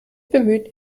bemüht